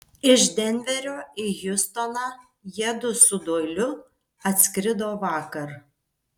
iš denverio į hjustoną jiedu su doiliu atskrido vakar